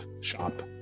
shop